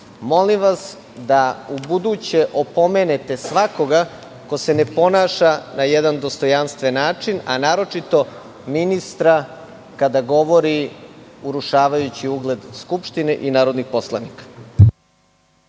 Molim vas da ubuduće opomenete svakoga ko se ne ponaša na jedan dostojanstven način, naročito ministra kada govori urušavajući ugled Skupštini i narodnih poslanika.